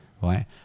right